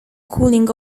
cooling